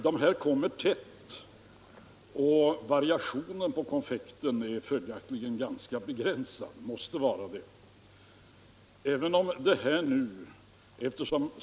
De här debatterna kommer som sagt tätt, och variationen på konfekten måste följaktligen vara ganska begränsad.